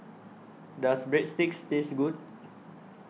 Does Breadsticks Taste Good